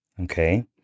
Okay